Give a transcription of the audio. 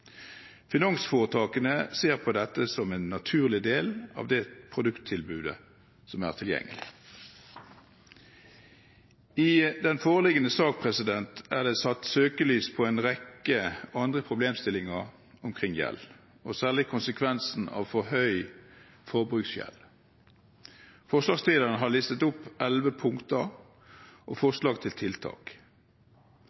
Finansforetakene ser på dette som en naturlig del av det produkttilbudet som er tilgjengelig. I den foreliggende saken er det satt søkelys på en rekke andre problemstillinger omkring gjeld, særlig konsekvensen av for høy forbruksgjeld. Forslagsstillerne har listet opp elleve punkter og